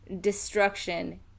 destruction